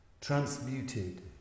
transmuted